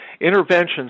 interventions